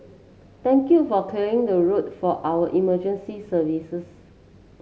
thank you for clearing the road for our emergency services